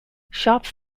shops